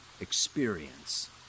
experience